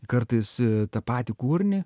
kartais tą patį kūrinį